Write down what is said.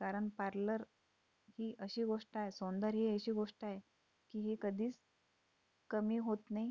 कारण पार्लर ही अशी गोष्ट आहे सौंदर्य ही अशी गोष्ट आहे की ही कधीच कमी होत नाही